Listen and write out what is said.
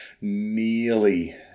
nearly